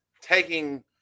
taking